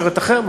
משרתת אחר?